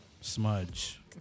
smudge